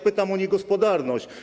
Pytam o niegospodarność.